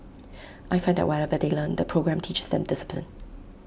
I find that whatever they learn the programme teaches them discipline